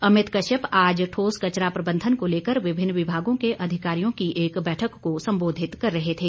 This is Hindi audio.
अमित कश्यप आज ठोस कचरा प्रबंधन को लेकर विभिन्न विभागों के अधिकारियों की एक बैठक संबोधित कर रहे थे